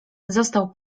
został